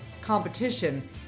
competition